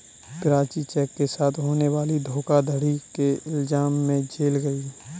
Prachi cheque के साथ होने वाली धोखाधड़ी के इल्जाम में जेल गई